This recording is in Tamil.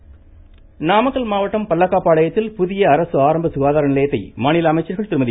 சரோஜா நாமக்கல் மாவட்டம் பல்லக்காப்பாளையத்தில் புதிய அரசு ஆரம்ப சுகாதார நிலையத்தை மாநில அமைச்சர்கள் திருமதி